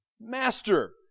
Master